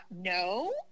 no